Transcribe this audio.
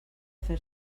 fer